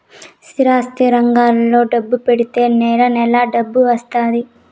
స్థిరాస్తి రంగంలో డబ్బు పెడితే నెల నెలా డబ్బు వత్తాది